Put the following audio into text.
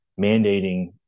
mandating